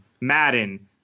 Madden